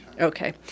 Okay